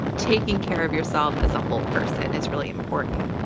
taking care of yourself as a whole person is really important.